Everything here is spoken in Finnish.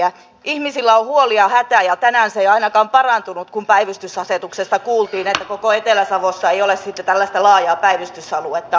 ihmisillä on huoli ja hätä ja tänään se ei ainakaan parantunut kun päivystysasetuksesta kuultiin että koko etelä savossa ei ole sitten tällaista laajaa päivystysaluetta olemassa